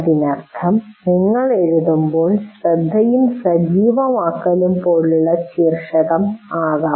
അതിനർത്ഥം നിങ്ങൾ എഴുതുമ്പോൾ ശ്രദ്ധയും സജീവമാക്കലും പോലുള്ള ശീർഷകം നൽകാം